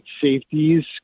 safeties